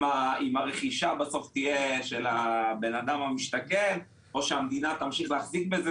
אם הרכישה בסוף תהיה של האדם המשתכן או שהמדינה תמשיך להחזיק בזה,